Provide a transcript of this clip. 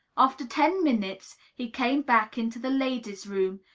after ten minutes he came back into the ladies' room,